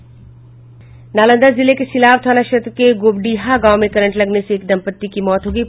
नालंदा जिले के सिलाव थाना क्षेत्र के गोबडीहा गांव में करंट लगने से एक दम्पत्ति की मौत हो गयी